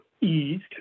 eased